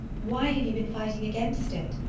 why have you been fighting against it?